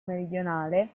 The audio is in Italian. meridionale